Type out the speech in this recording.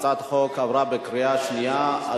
הצעת החוק עברה בקריאה שנייה.